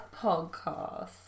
podcast